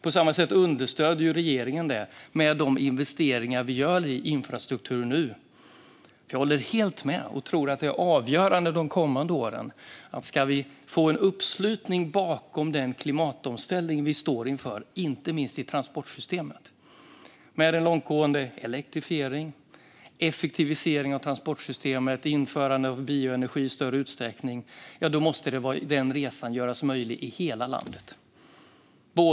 På samma sätt understöder vi i regeringen detta med de investeringar vi nu gör i infrastruktur. Jag håller helt med och tror att det är avgörande de kommande åren. Vi står inför en klimatomställning, inte minst i transportsystemet. Det handlar om en långtgående elektrifiering, effektivisering av transportsystemet och införande av bioenergi i större utsträckning. Ska vi få en uppslutning bakom detta måste den resan göras möjlig i hela landet.